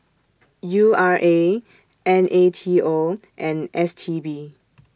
U R A N A T O and S T B